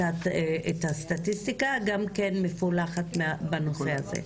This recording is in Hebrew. את הסטטיסטיקה גם מפולחת בנושא הזה.